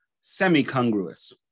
semi-congruous